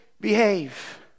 behave